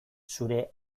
zure